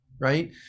right